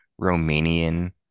Romanian